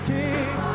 King